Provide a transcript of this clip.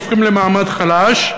הופכים למעמד חלש.